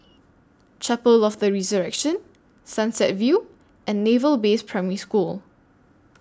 Chapel of The Resurrection Sunset View and Naval Base Primary School